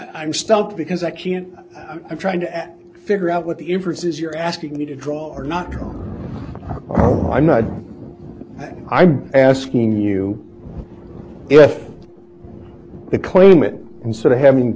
i'm stumped because i can't i'm trying to figure out what the inference is you're asking me to draw or not to i'm not i'm asking you if the claimant and sort of having